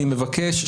אני מבקש,